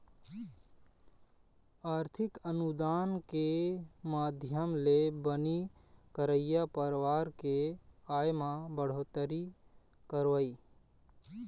आरथिक अनुदान के माधियम ले बनी करइया परवार के आय म बड़होत्तरी करवई